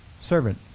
servant